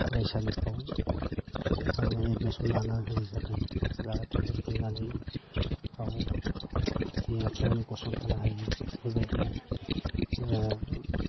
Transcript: फरायसालिफ्राव एसे आङो एडमिसन लानान होनाय जादों जाहाथे रोंनानै गावनि आथिंआव गसंथाना थानो हायो बेबायदि